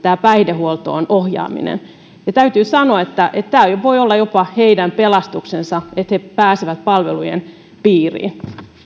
päihdehuoltoon ohjaaminen täytyy sanoa että tämä voi olla jopa heidän pelastuksensa että he pääsevät palvelujen piiriin